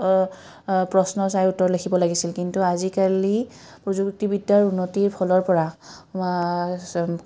প্ৰশ্ন চাই উত্তৰ লিখিব লাগিছিল কিন্তু আজিকালি প্ৰযুক্তিবিদ্যাৰ উন্নতিৰ ফলৰ পৰা